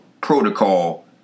protocol